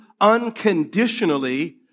unconditionally